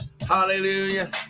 hallelujah